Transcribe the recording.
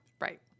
Right